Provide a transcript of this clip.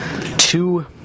two